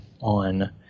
on